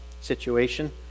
situation